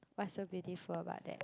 what's so pitiful about that